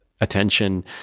attention